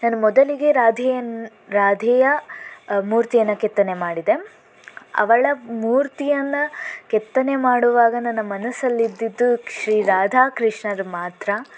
ನಾನು ಮೊದಲಿಗೆ ರಾಧೆಯನ್ನು ರಾಧೆಯ ಮೂರ್ತಿಯನ್ನು ಕೆತ್ತನೆ ಮಾಡಿದೆ ಅವಳ ಮೂರ್ತಿಯನ್ನು ಕೆತ್ತನೆ ಮಾಡುವಾಗ ನನ್ನ ಮನಸ್ಸಲ್ಲಿದ್ದಿದ್ದು ಶ್ರೀ ರಾಧಾಕೃಷ್ಣರು ಮಾತ್ರ